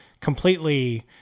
completely